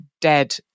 dead